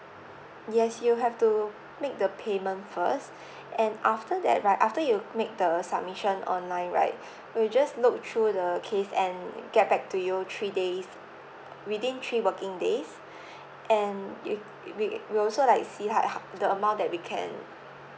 yes you have to make the payment first and after that right after you make the submission online right we'll just look through the case and get back to you three days within three working days and we we we also like see how how the amount that we can